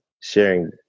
sharing